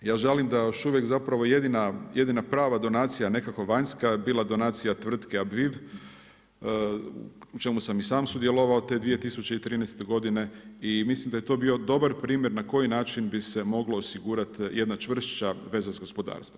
Ja žalim da još uvijek zapravo jedina prava donacija nekako vanjska je bila donacija tvrtke … u čemu sam i sam sudjelovao te 2013. godine i mislim da je to bio dobar primjer na koji način bi se moglo osigurati jedna čvršća veza sa gospodarstvom.